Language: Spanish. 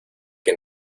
que